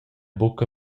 buca